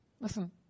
Listen